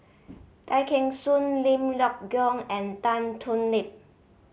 Tay Kheng Soon Lim Leong Geok and Tan Thoon Lip